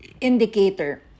indicator